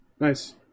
Nice